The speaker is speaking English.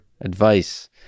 advice